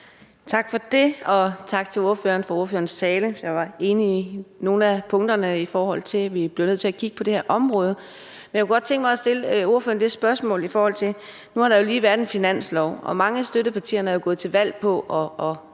Tak for det, og tak til ordføreren for ordførerens tale. Jeg var enig i nogle af punkterne, i forhold til at vi bliver nødt til at kigge på det her område. Men jeg kunne godt tænke mig at stille ordføreren et spørgsmål, i forhold til at der jo lige nu har været en finanslovsforhandling, og at mange af støttepartierne er gået til valg på at sikre